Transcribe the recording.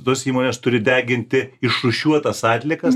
tos įmonės turi deginti išrūšiuotas atliekas